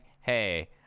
hey